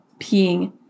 peeing